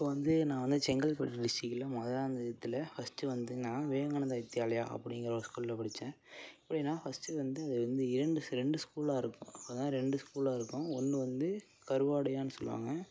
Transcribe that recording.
இப்போ வந்து நான் வந்து செங்கல்பட்டு டிஸ்டிக்கில் மதுராந்தகத்தில் ஃபஸ்ட்டு வந்து நான் விவேகானந்தா வித்யாலயா அப்படிங்குற ஒரு ஸ்கூலில் படித்தேன் எப்படினா ஃபஸ்ட்டு வந்து வந்து இரண்டு ரெண்டு ஸ்கூலாக இருக்கும் ரெண்டு ஸ்கூலாக இருக்கும் ஒன்று வந்து கருவாடையான் சொல்லுவாங்க